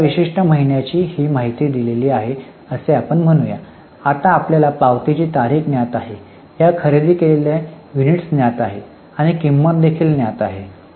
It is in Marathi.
आता एका विशिष्ट महिन्याची ही माहिती आहे असे आपण म्हणू या आता आपल्याला पावतीची तारीख ज्ञात आहे या खरेदी केलेल्या युनिट्स ज्ञात आहेत आणि किंमत देखील ज्ञात आहे